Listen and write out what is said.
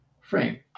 frame